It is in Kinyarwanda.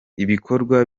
ibikorwa